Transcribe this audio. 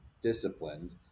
disciplined